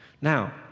Now